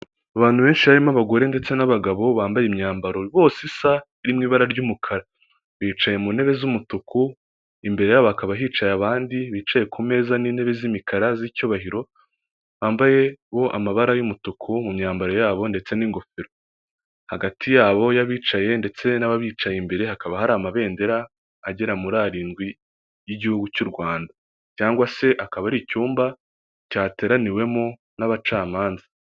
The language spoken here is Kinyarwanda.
Abantu benshi barimo abagore ndetse n'abagabo bambaye imyambaro bose isa iri mu ibara ry'umukara, bicaye mu ntebe z'umutuku imbere bakaba hicaye abandi bicaye ku meza n'intebe z'imikara z'icyubahiro bambaye uwo amabara y'umutuku mu myambaro yabo ndetse n'ingofero hagati yabo y'abicaye ndetse n'ababicaye imbere hakaba hari amabendera agera muri arindwi y'igihugu cy'u rwanda, cyangwa se akaba ari icyumba cyateraniwemo n'abacamanza.